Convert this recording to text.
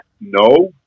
no